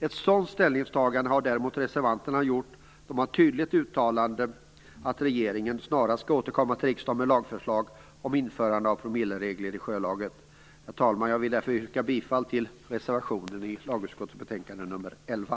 Ett sådant ställningstagande har däremot reservanterna gjort då de tydligt uttalat att regeringen snarast skall återkomma till riksdagen med lagförslag om införande av promilleregler i sjölagen. Herr talman! Jag yrkar därför bifall till reservationen till lagutskottets betänkande nr 11.